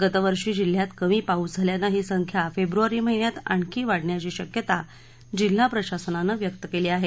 गतवर्षी जिल्ह्यात कमी पाऊस झाल्यानं ही संख्या फेब्रवारी महिन्यात आणखी वाढण्याची शक्यता जिल्हा प्रशासनानं व्यक्त केली आहे